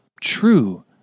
true